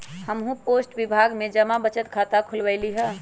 हम्हू पोस्ट विभाग में जमा बचत खता खुलवइली ह